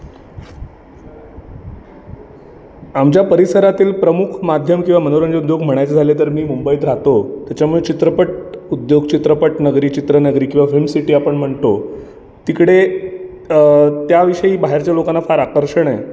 आमच्या परिसरातील प्रमुख माध्यम किंवा मनोरंजन उद्योग म्हणायचं झालं तर मी मुंबईत राहतो त्याच्यामुळे चित्रपट उद्योग चित्रपट नगरी चित्रनगरी किंवा फिल्म सिटी आपण म्हणतो तिकडे त्याविषयी बाहेरच्या लोकांना फार आकर्षण